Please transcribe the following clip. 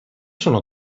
sono